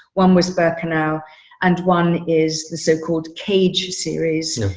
one was back now and one is the so-called cage series,